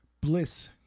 Bliss